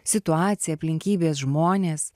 situacija aplinkybės žmonės